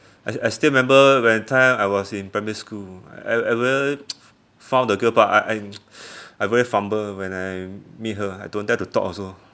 I I still remember when that time I was in primary school I I really found the girl but I I I very fumble when I meet her I don't dare to talk also